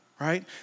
right